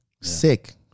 Sick